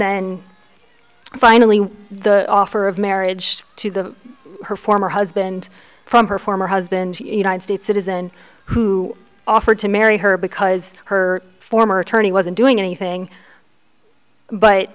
then finally the offer of marriage to the her former husband from her former husband united states citizen who offered to marry her because her former attorney wasn't doing anything but